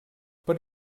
per